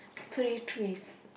three threes